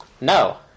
No